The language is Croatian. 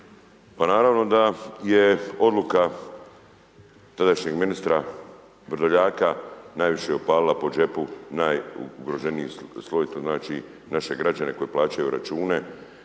naravno da je odluka tadašnjeg ministra Vrdoljaka najviše opalila po džepu najugroženiji sloj to